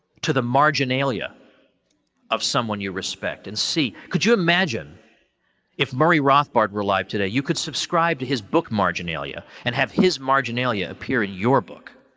to the marginalia of someone you respect and see. could you imagine if murray rothbard were alive today, you could subscribe to his book marginalia and have his marginally appear in your book.